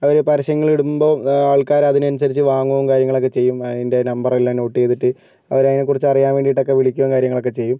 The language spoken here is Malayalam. അവർ പരസ്യങ്ങൾ ഇടുമ്പോൾ ആൾക്കാരതിനനുസരിച്ച് വാങ്ങുകയും കാര്യങ്ങളൊക്കെ ചെയ്യും അതിൻ്റെ നമ്പറെല്ലാം നോട്ട് ചെയ്തിട്ട് അവർ അതിനെക്കുറിച്ച് അറിയാൻ വേണ്ടിയിട്ടൊക്കെ വിളിക്കുകയും കാര്യങ്ങളൊക്കെ ചെയ്യും